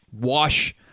wash